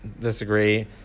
disagree